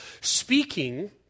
speaking